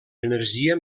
energia